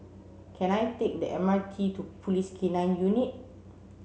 can I take the M R T to Police K nine Unit